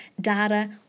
data